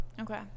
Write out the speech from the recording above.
Okay